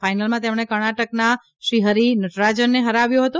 ફાઇનલમાં તેણે કર્ણાટકના શ્રીફરિ નટરાજને હરાવ્યો હતો